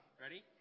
Ready